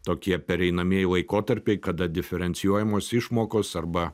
tokie pereinamieji laikotarpiai kada diferencijuojamos išmokos arba